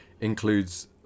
includes